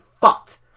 fucked